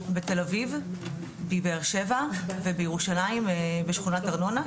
בתל אביב, בבאר שבע ובירושלים, בשכונת ארנונה.